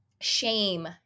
shame